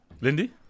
Lindy